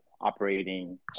operating